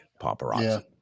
paparazzi